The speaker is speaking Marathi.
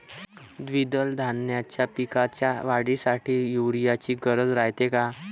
द्विदल धान्याच्या पिकाच्या वाढीसाठी यूरिया ची गरज रायते का?